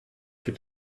gibt